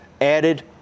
added